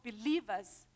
believers